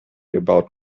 about